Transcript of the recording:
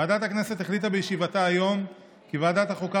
ועדת הכנסת החליטה בישיבתה היום כי ועדת החוקה,